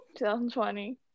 2020